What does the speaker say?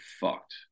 fucked